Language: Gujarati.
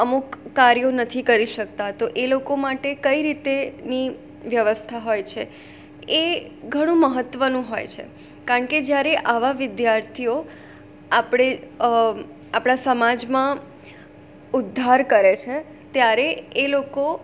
અમુક કાર્યો નથી કરી શકતા તો એ લોકો માટે કઈ રીતેની વ્યવસ્થા હોય છે એ ઘણું મહત્ત્વનું હોય છે કારણ કે જ્યારે આવા વિદ્યાર્થીઓ આપણે આપણા સમાજમાં ઉદ્ધાર કરે છે ત્યારે એ લોકો